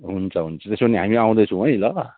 हुन्छ हुन्छ त्यसो भने हामी आउँदैछौँ है ल